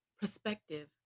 perspective